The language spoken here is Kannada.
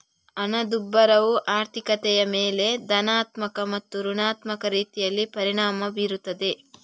ಹಣದುಬ್ಬರವು ಆರ್ಥಿಕತೆಯ ಮೇಲೆ ಧನಾತ್ಮಕ ಮತ್ತು ಋಣಾತ್ಮಕ ರೀತಿಯಲ್ಲಿ ಪರಿಣಾಮ ಬೀರುತ್ತದೆ